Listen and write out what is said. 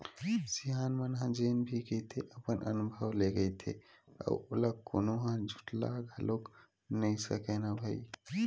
सियान मन ह जेन भी कहिथे अपन अनभव ले कहिथे अउ ओला कोनो ह झुठला घलोक नइ सकय न भई